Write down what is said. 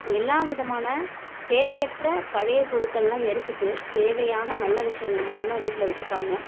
எல்லா விதமான தேவையற்ற பழைய பொருட்களெலாம் எரிச்சுட்டு தேவையான நல்ல விஷயங்கள மட்டும் தான் வீட்டில் வைச்சிப்பாங்க